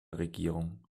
regierung